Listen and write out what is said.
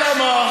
אלא מה,